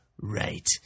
Right